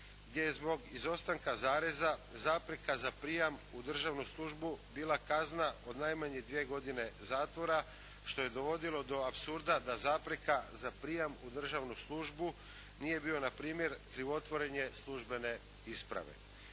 gdje je zbog izostanka zareza zapreka za prijam u državnu službu bila kazna od najmanje dvije godine zatvora što je dovodilo do apsurda da zapreka za prijam u državnu službu nije bilo na primjer krivotvorenje službene isprave.